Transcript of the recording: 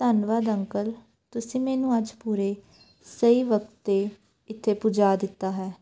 ਧੰਨਵਾਦ ਅੰਕਲ ਤੁਸੀਂ ਮੈਨੂੰ ਅੱਜ ਪੂਰੇ ਸਹੀ ਵਕਤ 'ਤੇ ਇੱਥੇ ਪੁਜਾ ਦਿੱਤਾ ਹੈ